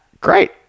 great